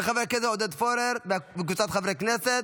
של חבר הכנסת עודד פורר וקבוצת חברי כנסת.